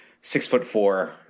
six-foot-four